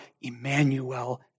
Emmanuel